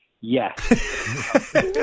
yes